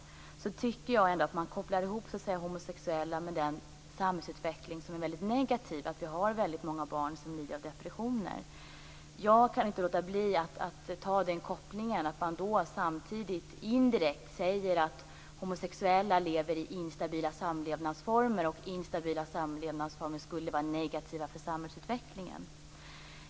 Jag tycker ändå att man kopplar ihop homosexuella med en samhällsutveckling som är väldigt negativ, där väldigt många barn lider av depressioner. Jag kan inte låta bli att göra den kopplingen. Man säger samtidigt indirekt att homosexuella lever i instabila samlevnadsformer och att instabila samlevnadsformer är negativa för samhällsutvecklingen.